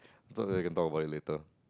talk about it later